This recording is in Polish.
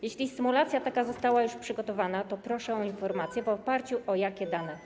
Jeśli taka symulacja została już przygotowana, to proszę o informację, w oparciu o jakie dane.